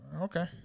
Okay